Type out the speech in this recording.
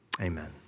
amen